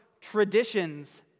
traditions